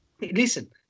Listen